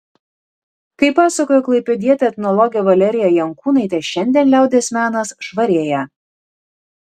kaip pasakojo klaipėdietė etnologė valerija jankūnaitė šiandien liaudies menas švarėja